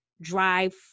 drive